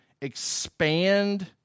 expand